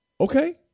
okay